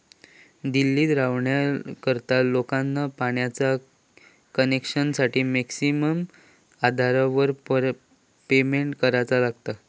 दिल्लीत रव्हणार्या लोकांका पाण्याच्या कनेक्शनसाठी मासिक आधारावर पेमेंट करुचा लागता